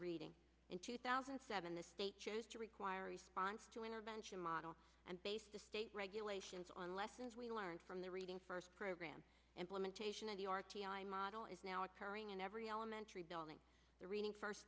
reading in two thousand and seven the state chose to require response to intervention model and based the state regulations on lessons we learned from the reading first program implementation of the r t i model is now occurring in every elementary building the reading first